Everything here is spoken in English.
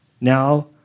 Now